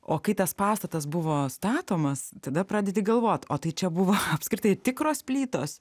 o kai tas pastatas buvo statomas tada pradedi galvot o tai čia buvo apskritai tikros plytos